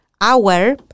hour